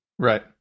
Right